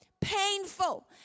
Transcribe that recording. painful